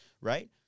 right